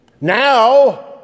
Now